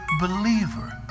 believer